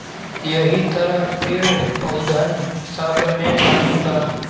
यहि तरह पेड़, पउधन सब मे पानी बा